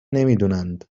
نمیدونند